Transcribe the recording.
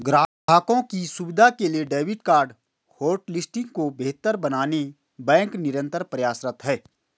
ग्राहकों की सुविधा के लिए डेबिट कार्ड होटलिस्टिंग को बेहतर बनाने बैंक निरंतर प्रयासरत है